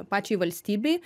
pačiai valstybei